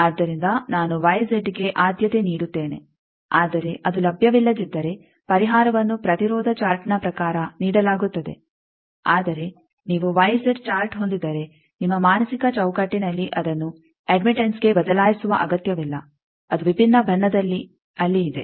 ಆದ್ದರಿಂದ ನಾನು ವೈಜೆಡ್ಗೆ ಆದ್ಯತೆ ನೀಡುತ್ತೇನೆ ಆದರೆ ಅದು ಲಭ್ಯವಿಲ್ಲದಿದ್ದರೆ ಪರಿಹಾರವನ್ನು ಪ್ರತಿರೋಧ ಚಾರ್ಟ್ನ ಪ್ರಕಾರ ನೀಡಲಾಗುತ್ತದೆ ಆದರೆ ನೀವು ವೈಜೆಡ್ ಚಾರ್ಟ್ ಹೊಂದಿದ್ದರೆ ನಿಮ್ಮ ಮಾನಸಿಕ ಚೌಕಟ್ಟಿನಲ್ಲಿ ಅದನ್ನು ಅಡ್ಮಿಟೆಂಸ್ಗೆ ಬದಲಾಯಿಸುವ ಅಗತ್ಯವಿಲ್ಲ ಅದು ವಿಭಿನ್ನ ಬಣ್ಣದಲ್ಲಿ ಅಲ್ಲಿ ಇದೆ